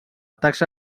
taxa